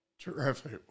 Terrific